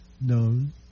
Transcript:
known